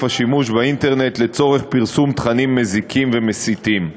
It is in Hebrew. השימוש באינטרנט לצורך פרסום תכנים מזיקים ומסיתים,